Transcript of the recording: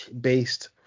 based